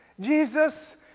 Jesus